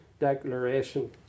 declaration